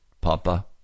Papa